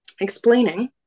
explaining